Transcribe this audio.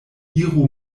iru